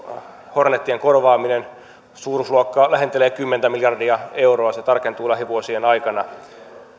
hornetien korvaaminen suuruusluokka lähentelee kymmentä miljardia euroa se tarkentuu lähivuosien aikana